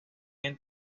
del